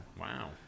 Wow